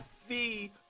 see